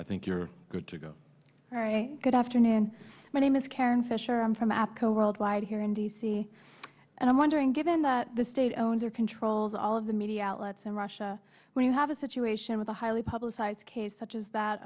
all right good afternoon my name is karen fischer i'm from apco worldwide here in d c and i'm wondering given that the state owns or controls all of the media outlets in russia when you have a situation with a highly publicized case such as that